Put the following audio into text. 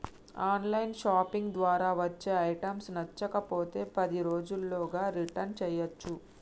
on line shopping ద్వారా వచ్చే items నచ్చకపోతే పది రోజుల్లోగా రిటర్న్ చేయ్యచ్చు